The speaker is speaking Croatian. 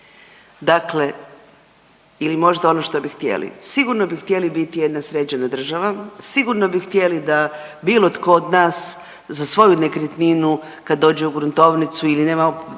Dakle ili možda ono što bi htjeli. Sigurno bi htjeli biti jedna sređena država, sigurno bi htjeli da bilo tko od nas za svoju nekretninu kad dođe u gruntovnicu ili nemamo